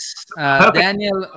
Daniel